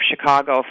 Chicago